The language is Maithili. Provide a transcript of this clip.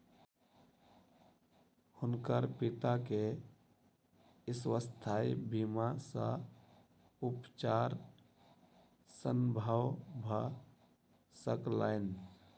हुनकर पिता के स्वास्थ्य बीमा सॅ उपचार संभव भ सकलैन